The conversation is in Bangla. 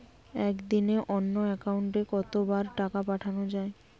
একদিনে অন্য একাউন্টে কত বার টাকা পাঠানো য়ায়?